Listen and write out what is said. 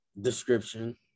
description